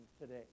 today